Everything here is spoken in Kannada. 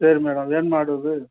ಸರಿ ಮೇಡಮ್ ಏನು ಮಾಡೋದು